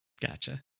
Gotcha